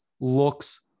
looks